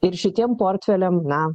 ir šitiem portfeliam na